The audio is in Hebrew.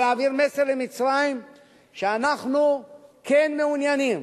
אבל להעביר מסר למצרים שאנחנו כן מעוניינים